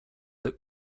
that